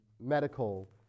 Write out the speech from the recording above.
medical